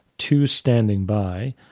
two standing by.